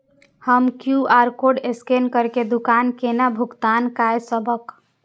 हम QR code scan करके दुकान केना भुगतान काय सकब?